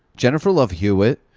jennifer love hewitt.